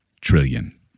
trillion